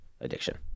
addiction